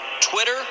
Twitter